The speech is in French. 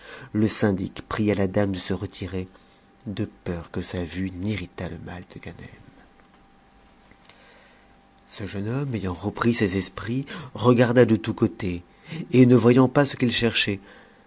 te syndic pria la dame le se retirer de peur que sa vue n'irritât le mal de ganem ce jeune homme ayant repris ses esprits regarda de tous côtés ne voyant pas ce qu'il cherchait